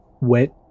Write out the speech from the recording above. wet